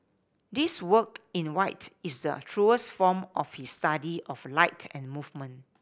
this work in white is the truest form of his study of light and movement